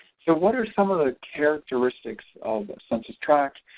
so what are some of the characteristics of census tracts?